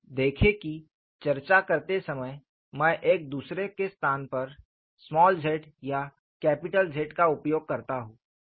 देखें कि चर्चा करते समय मैं एक दूसरे के स्थान पर z या Z का उपयोग करता हूं